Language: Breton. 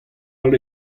all